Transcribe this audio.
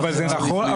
ככה זה צריך להיות.